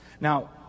Now